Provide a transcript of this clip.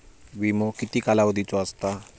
विमो किती कालावधीचो असता?